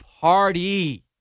party